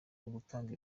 ugutanga